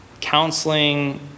counseling